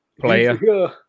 Player